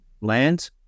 land